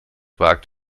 wagt